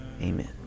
amen